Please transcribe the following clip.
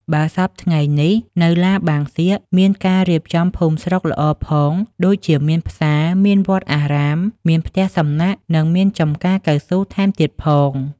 បើសព្វថ្ងៃនេះ នៅឡាបាងសៀក មានការរៀបចំភូមិស្រុកល្អផងដូចជាមានផ្សារ មានវត្តអារាម មានផ្ទះសំណាក់ និងមានចម្ការកៅស៊ូរថែមទៀតផង។